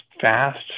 fast